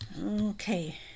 okay